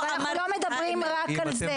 אנחנו לא מדברים רק על זה.